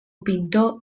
pintor